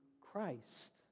Christ